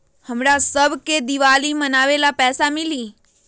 हमरा शव के दिवाली मनावेला पैसा मिली?